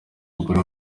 umugore